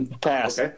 Pass